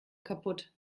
kaputt